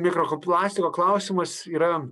mikroplastiko klausimas yra